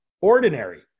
ordinary